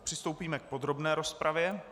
Přistoupíme k podrobné rozpravě.